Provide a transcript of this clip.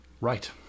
Right